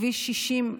כביש 60,